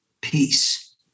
peace